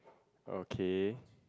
okay